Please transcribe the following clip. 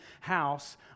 house